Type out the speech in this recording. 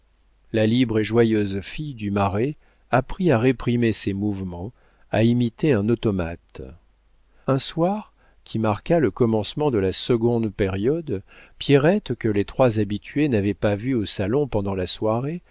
la libre et joyeuse fille du marais apprit à réprimer ses mouvements à imiter un automate un soir qui marqua le commencement de la seconde période pierrette que les trois habitués n'avaient pas vue au salon pendant la soirée